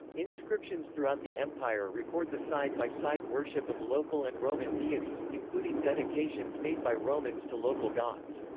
inscriptions throughout the empire record the side-by-side worship of local and roman deities, including dedications made by romans to local gods.